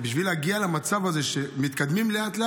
בשביל להגיע למצב הזה שמתקדמים לאט-לאט,